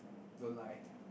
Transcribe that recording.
don't like